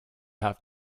have